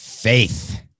Faith